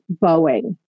Boeing